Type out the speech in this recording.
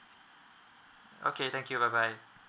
okay thank you bye bye